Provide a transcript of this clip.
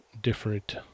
different